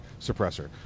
suppressor